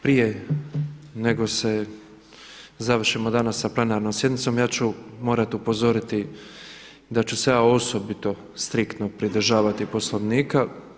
Prije nego završimo danas sa plenarnom sjednicom ja ću morati upozoriti da ću se ja osobito striktno pridržavati Poslovnika.